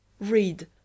Read